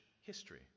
history